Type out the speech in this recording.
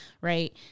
right